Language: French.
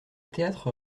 théâtre